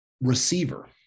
receiver